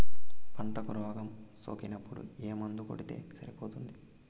పంటకు రోగం సోకినపుడు ఏ మందు కొడితే సరిపోతుంది?